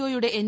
O യുടെ N